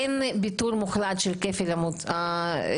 אין ביטול מוחלט של כפל הביטוחים.